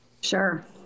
Sure